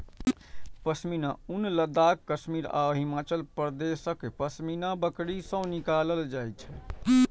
पश्मीना ऊन लद्दाख, कश्मीर आ हिमाचल प्रदेशक पश्मीना बकरी सं निकालल जाइ छै